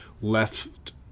left